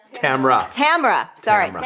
tamara. tamara, sorry. i mean